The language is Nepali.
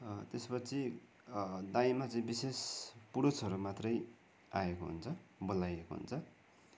त्यसपछि दाईँमा चाहिँ विशेष पुरूषहरू मात्रै आएको हुन्छ बोलाइएको हुन्छ